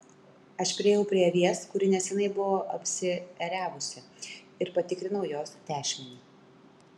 aš priėjau prie avies kuri neseniai buvo apsiėriavusi ir patikrinau jos tešmenį